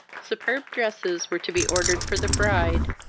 superb dresses were to be ordered for the bride,